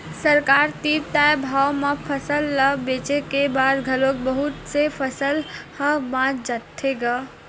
सरकार तीर तय भाव म फसल ल बेचे के बाद घलोक बहुत से फसल ह बाच जाथे गा